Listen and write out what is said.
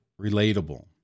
relatable